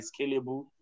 scalable